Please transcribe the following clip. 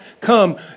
come